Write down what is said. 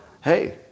hey